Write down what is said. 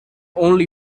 only